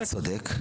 אתה צודק.